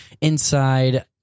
inside